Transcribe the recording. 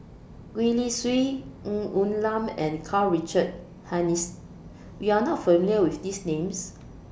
Gwee Li Sui Ng Woon Lam and Karl Richard Hanitsch YOU Are not familiar with These Names